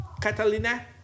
Catalina